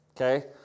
okay